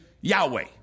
yahweh